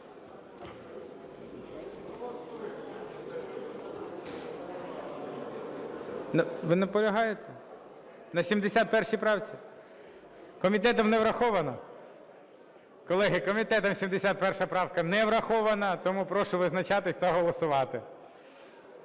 Ви наполягаєте на 71 правці? Комітетом не врахована? Колеги, комітетом 71 правка не врахована. Тому прошу визначатися та голосувати.